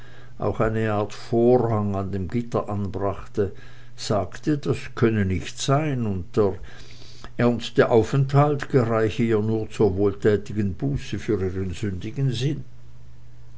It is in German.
auch eine art vorhang an dem gitter anbrachte sagte das könne nicht sein und der ernste aufenthalt gereiche ihr nur zur wohltätigen buße für ihren sündigen sinn